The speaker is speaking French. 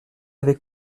avait